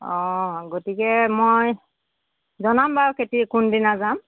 অঁ গতিকে মই জনাম বাৰু কোনদিনা যাম